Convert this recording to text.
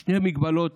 שתי הגבלות